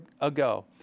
ago